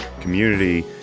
community